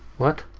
what!